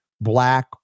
black